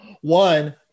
one